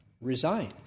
resigned